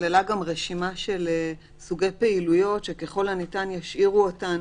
נכללה גם רשימה של סוגי פעילויות שככל הניתן ישאירו אותן